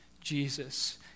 Jesus